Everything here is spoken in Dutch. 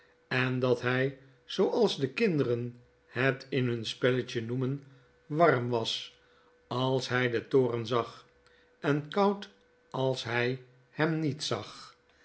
en dat hy zooals de kinderen het in hun spelletje noemen warm was als hij den toren zag en koud als hy hem niet zag